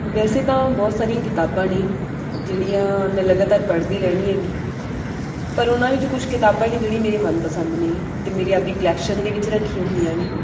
ਵੈਸੇ ਤਾਂ ਬਹੁਤ ਸਾਰੀਆਂ ਕਿਤਾਬਾਂ ਨੇ ਜਿਹੜੀਆਂ ਮੈਂ ਲਗਾਤਾਰ ਪੜ੍ਹਦੀ ਰਹਿੰਦੀ ਹੈਗੀ ਪਰ ਉਹਨਾਂ ਵਿੱਚੋਂ ਕੁਛ ਕਿਤਾਬਾਂ ਨੇ ਜਿਹੜੀਆਂ ਮੇਰੇ ਮਨਪਸੰਦ ਨੇ ਅਤੇ ਮੇਰੀ ਆਪਣੀ ਕਲੈਕਸ਼ਨ ਦੇ ਵਿੱਚ ਰੱਖੀਆਂ ਹੋਈਆਂ ਨੇ